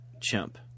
chimp